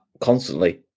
constantly